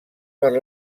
per